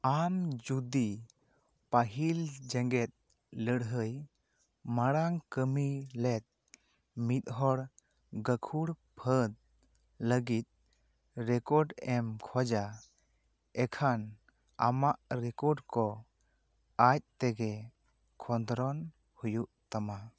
ᱟᱢ ᱡᱩᱫᱤ ᱯᱟᱹᱦᱤᱞ ᱡᱮᱜᱮᱫ ᱞᱟᱹᱲᱦᱟᱹᱭ ᱢᱟᱲᱟᱝ ᱠᱟᱹᱢᱤ ᱞᱮᱫ ᱢᱤᱫ ᱦᱚᱲ ᱜᱟᱹᱠᱷᱩᱲ ᱯᱷᱟᱹᱫ ᱞᱟᱹᱜᱤᱫ ᱨᱮᱠᱚᱨᱰ ᱮᱢ ᱠᱷᱚᱡᱟ ᱮᱱᱠᱷᱟᱱ ᱟᱢᱟᱜ ᱨᱮᱠᱚᱨᱰ ᱠᱚ ᱟᱡ ᱛᱮᱜᱮ ᱠᱷᱚᱸᱫᱽᱨᱚᱱ ᱦᱩᱭᱩᱜ ᱛᱟᱢᱟ